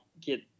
get